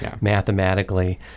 mathematically